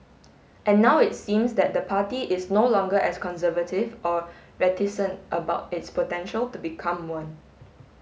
and now it seems that the party is no longer as conservative or reticent about its potential to become one